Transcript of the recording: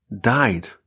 died